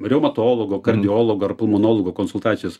reumatologo kardiologo ar pulmonologo konsultacijos